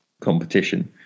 competition